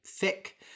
thick